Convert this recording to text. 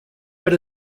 bit